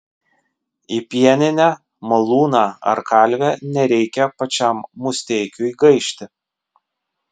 į pieninę malūną ar kalvę nereikia pačiam musteikiui gaišti